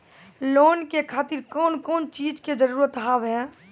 Loan के खातिर कौन कौन चीज के जरूरत हाव है?